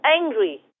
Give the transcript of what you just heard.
angry